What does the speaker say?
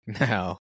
now